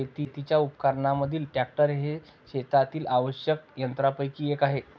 शेतीच्या उपकरणांमधील ट्रॅक्टर हे शेतातील आवश्यक यंत्रांपैकी एक आहे